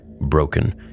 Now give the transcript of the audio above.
broken